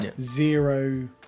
Zero